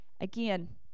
Again